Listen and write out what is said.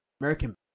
American